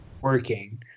working